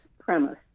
premise